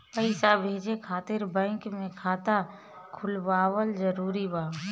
पईसा भेजे खातिर बैंक मे खाता खुलवाअल जरूरी बा?